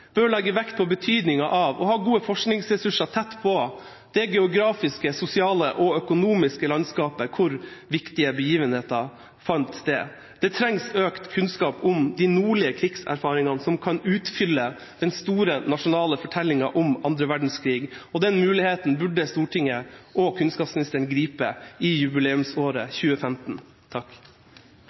bør legge vekt på betydninga av å ha gode forskningsressurser tett på det geografiske, sosiale og økonomiske landskapet hvor viktige begivenheter fant sted. Det trengs økt kunnskap om de nordlige krigserfaringene, som kan utfylle den store nasjonale fortellinga om annen verdenskrig, og den muligheten burde Stortinget og kunnskapsministeren gripe i